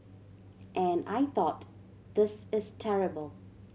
and I thought This is terrible